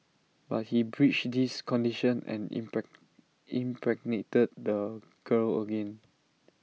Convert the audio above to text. but he breached this condition and impregnated the girl again